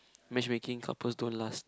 matchmaking couples don't last